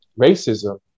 racism